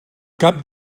cap